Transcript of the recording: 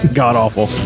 god-awful